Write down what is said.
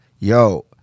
Yo